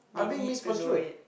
they need to know it